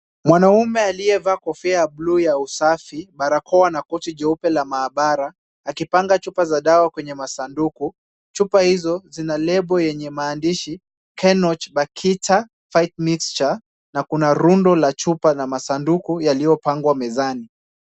Mwanamume aliyevaa kofia ya buluu ya usafi, barakoa na koti jeupe la mahabara akipanga chupa za dawa kwenye masanduku. Chupa hizo zina label yenye maandishi henoch bakiter five mixture na kuna rundo la chupa na masanduku yaliyopangwa mezani.